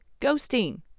Ghosting